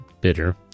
bitter